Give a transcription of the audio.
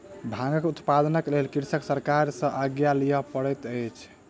भांगक उत्पादनक लेल कृषक सरकार सॅ आज्ञा लिअ पड़ैत अछि